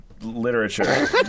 literature